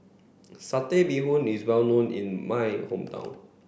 satay bee hoon is well known in my hometown